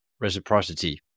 reciprocity